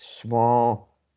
small